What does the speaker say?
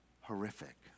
horrific